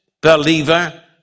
believer